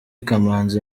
kamanzi